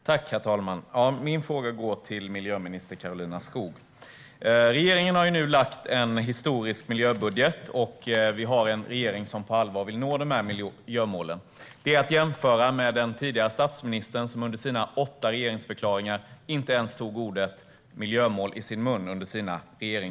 Herr talman! Min fråga går till miljöminister Karolina Skog. Regeringen har nu lagt en historisk miljöbudget, och vi har en regering som på allvar vill nå miljömålen. Det kan jämföras med den tidigare statsministern som under sina åtta regeringsförklaringar inte ens tog ordet "miljömål" i sin mun.